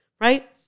Right